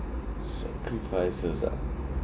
sacrifices ah